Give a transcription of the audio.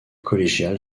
collégiale